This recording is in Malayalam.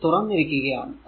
ഇത് തുറന്നിരിക്കുകയാണ്